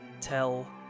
tell